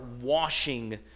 washing